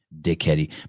dickheady